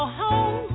home